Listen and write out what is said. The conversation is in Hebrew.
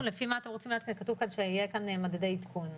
לא, אילו מדדי עדכון?